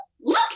Look